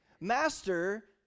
Master